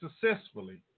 successfully